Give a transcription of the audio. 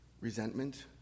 resentment